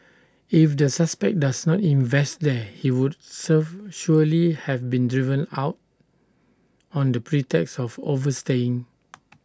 if the suspect does not invest there he would surf surely have been driven out on the pretext of overstaying